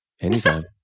Anytime